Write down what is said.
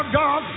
god